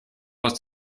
aus